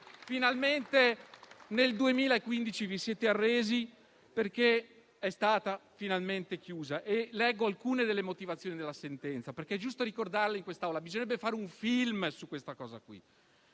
Finalmente nel 2015 vi siete arresi, perché è stata finalmente chiusa. Leggo alcune delle motivazioni della sentenza, perché è giusto ricordarle in quest'Aula; bisognerebbe fare un film su questa vicenda.